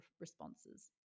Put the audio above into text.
responses